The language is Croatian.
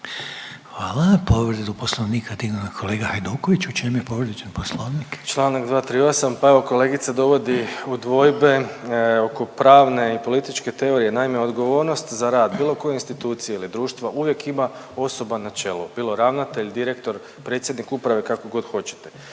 čem je povrijeđen Poslovnik? **Hajduković, Domagoj (Socijaldemokrati)** Čl. 238., pa evo kolegica dovodi u dvojbe oko pravne i političke teorije. Naime, odgovornost za rad bilo koje institucije ili društva uvijek ima osoba na čelu, bilo ravnatelj, direktor, predsjednik uprave, kako god hoćete.